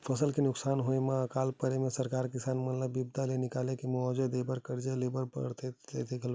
फसल के नुकसान होय म अकाल परे म सरकार किसान मन ल बिपदा ले निकाले बर मुवाजा देय बर करजा ले बर परथे त लेथे घलोक